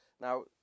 now